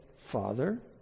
Father